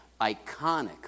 iconic